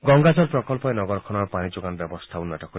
গংগাজল প্ৰকল্পই নগৰখনৰ পানীযোগান ব্যৱস্থা উন্নত কৰিব